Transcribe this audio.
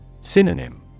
Synonym